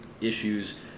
issues